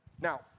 Now